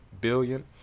billion